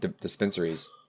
dispensaries